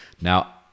Now